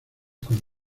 con